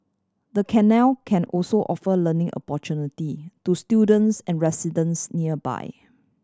the canal can also offer learning opportunity to students and residents nearby